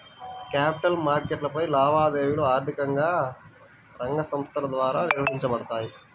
capital మార్కెట్లపై లావాదేవీలు ఆర్థిక రంగ సంస్థల ద్వారా నిర్వహించబడతాయి